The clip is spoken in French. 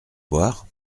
boire